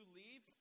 leave